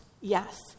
yes